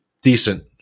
decent